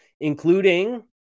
including